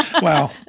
Wow